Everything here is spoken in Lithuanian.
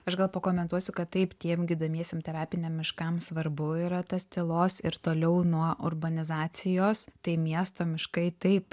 aš gal pakomentuosiu kad taip tiem gydomiesiem terapiniam miškam svarbu yra tas tylos ir toliau nuo urbanizacijos tai miesto miškai taip